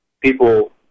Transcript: people